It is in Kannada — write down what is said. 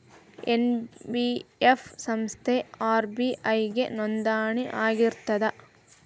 ಎನ್.ಬಿ.ಎಫ್ ಸಂಸ್ಥಾ ಆರ್.ಬಿ.ಐ ಗೆ ನೋಂದಣಿ ಆಗಿರ್ತದಾ?